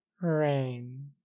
Rain